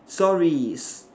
stories